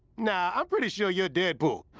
nah, i'm pretty sure you're deadpool.